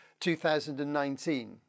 2019